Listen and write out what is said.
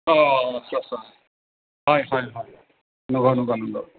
औ आस्सा सा हय हय हय नंगौ नंगौ नंगौ